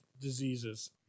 diseases